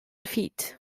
feat